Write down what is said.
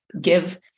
give